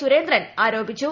സുരേന്ദ്രൻ ആരോപിച്ചു